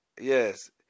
Yes